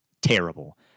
terrible